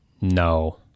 No